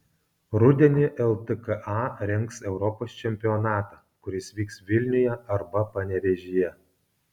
rudenį ltka rengs europos čempionatą kuris vyks vilniuje arba panevėžyje